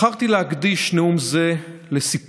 בחרתי להקדיש נאום זה לסיפורו